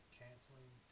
canceling